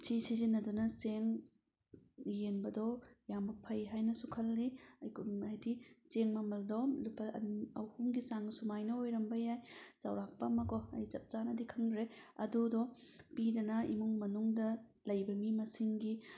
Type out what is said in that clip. ꯁꯤ ꯁꯤꯖꯤꯟꯅꯗꯨꯅ ꯆꯦꯡ ꯌꯦꯟꯕꯗꯣ ꯌꯥꯝꯅ ꯐꯩ ꯍꯥꯏꯅꯁꯨ ꯈꯜꯂꯤ ꯍꯥꯏꯗꯤ ꯆꯦꯡ ꯃꯃꯜꯗꯣ ꯂꯨꯄꯥ ꯑꯍꯨꯝꯒꯤ ꯆꯥꯡꯗ ꯁꯨꯃꯥꯏꯅ ꯑꯣꯏꯔꯝꯕ ꯌꯥꯏ ꯆꯥꯎꯔꯥꯛꯄ ꯑꯃꯀꯣ ꯑꯩ ꯆꯞ ꯆꯥꯅꯗꯤ ꯈꯪꯗ꯭ꯔꯦ ꯑꯗꯨꯗꯣ ꯄꯤꯗꯅ ꯏꯃꯨꯡ ꯃꯅꯨꯡꯗ ꯂꯩꯕ ꯃꯤ ꯃꯁꯤꯡꯒꯤ